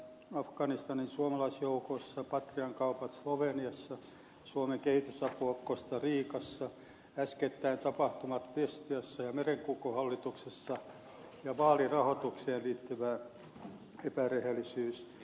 afganistanin suomalaisjoukoissa patrian kaupat sloveniassa suomen kehitysapu costa ricassa äskettäin tapahtumat destiassa ja merenkulkuhallituksessa ja vaalirahoitukseen liittyvä epärehellisyys